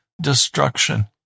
destruction